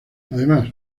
además